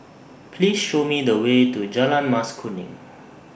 Please Show Me The Way to Jalan Mas Kuning